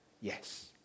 Yes